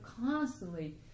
constantly